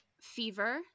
fever